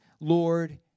Lord